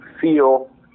feel